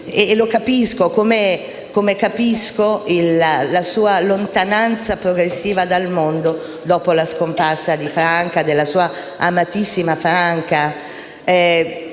e lo capisco, come capisco la sua lontananza progressiva dal mondo dopo la scomparsa della sua amatissima Franca,